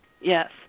Yes